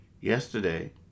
yesterday